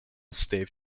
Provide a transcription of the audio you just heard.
stave